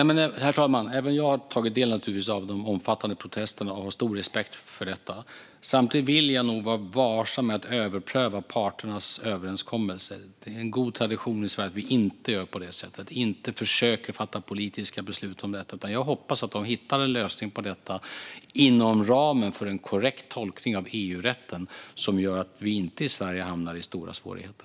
Herr talman! Även jag har tagit del av de omfattande protesterna och har stor respekt för dem. Samtidigt vill jag vara varsam med att överpröva parternas överenskommelse. Det är en god tradition i Sverige att vi inte gör det och inte försöker fatta politiska beslut om detta. Jag hoppas att man hittar en lösning inom ramen för en korrekt tolkning av EU-rätten som gör att Sverige inte hamnar i stora svårigheter.